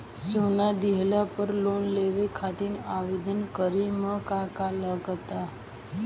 सोना दिहले पर लोन लेवे खातिर आवेदन करे म का का लगा तऽ?